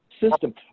system